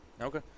Okay